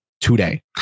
today